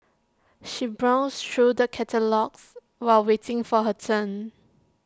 she browsed through the catalogues while waiting for her turn